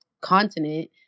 continent